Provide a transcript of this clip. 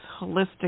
holistic